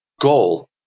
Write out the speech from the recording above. goal